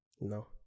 no